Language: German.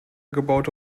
gebaute